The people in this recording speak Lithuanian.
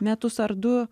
metus ar du